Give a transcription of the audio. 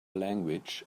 language